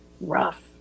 rough